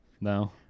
No